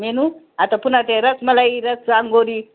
menu आता पुन्हा ते रसमलाई रस रांगोरी